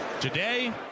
today